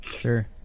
Sure